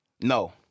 No